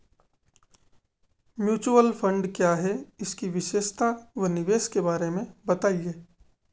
Mutual fund क्या है इसकी विशेषता व निवेश के बारे में बताइये?